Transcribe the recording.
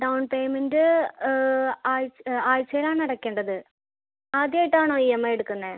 down payment ആഴ്ച ആഴ്ചേലാണടക്കേണ്ടത് ആദ്യമായിട്ടാണോ ഇ എം ഐ എടുക്കുന്നത്